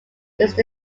used